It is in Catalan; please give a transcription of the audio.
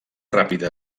ràpida